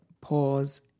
pause